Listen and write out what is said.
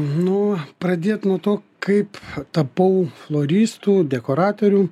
nu pradėt nuo to kaip tapau floristu dekoratoriu